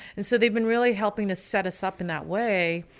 and so they've been really helping to set us up in that way.